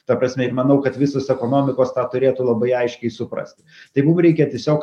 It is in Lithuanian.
ta prasme ir manau kad visos ekonomikos tą turėtų labai aiškiai suprast tai mum reikia tiesiog